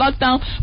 lockdown